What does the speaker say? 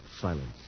silence